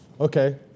Okay